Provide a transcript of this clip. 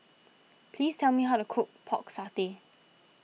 please tell me how to cook Pork Satay